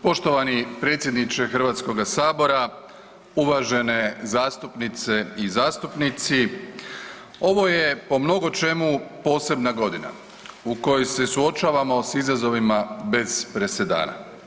Poštovani predsjedniče Hrvatskoga sabora, uvažene zastupnice i zastupnici ovo je po mnogo čemu posebna godina u kojoj se suočavamo sa izazovima bez presedana.